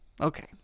okay